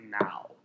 now